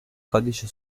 codice